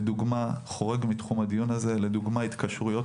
דוגמה שחורגת מתחום הדיון: התקשרויות